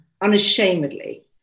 Unashamedly